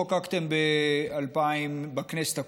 חוקקתם בכנסת הקודמת.